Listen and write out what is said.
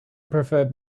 preferred